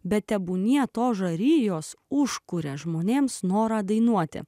bet tebūnie tos žarijos užkuria žmonėms norą dainuoti